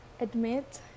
admit